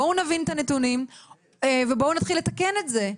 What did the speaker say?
בואו נבין את הנתונים ונתחיל לתקן את זה.